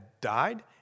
died